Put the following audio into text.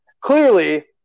Clearly